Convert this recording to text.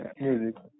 music